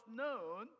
known